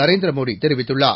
நரேந்திர மோடி தெரிவித்துள்ளார்